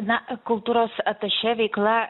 na kultūros atašė veikla